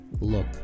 look